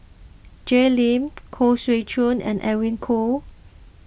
Jay Lim Khoo Swee Chiow and Edwin Koo